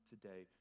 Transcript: today